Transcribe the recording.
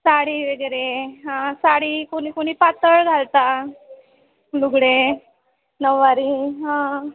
साडी वगैरे हां साडी कोणी कोणी पातळ घालतात लुगडे नऊवारी हां